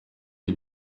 die